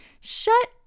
Shut